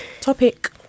topic